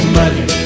money